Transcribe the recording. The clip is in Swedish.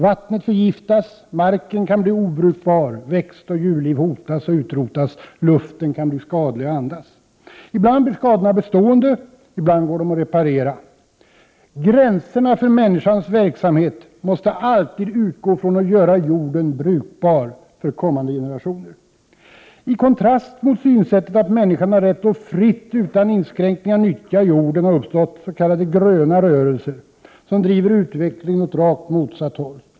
Vattnet förgiftas, marken kan bli obrukbar, växtoch djurliv hotas och utrotas, luften kan bli skadlig att andas. Ibland blir skadorna bestående, ibland kan de repareras. Gränserna för människans verksamhet måste alltid utgå från att jorden skall vara brukbar för kommande generationer. I kontrast mot synsättet att människan har rätt att fritt utan inskränkningar nyttja jorden har uppstått s.k. gröna rörelser, som driver utvecklingen åt rakt motsatt håll.